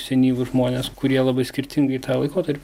senyvus žmones kurie labai skirtingai tą laikotarpį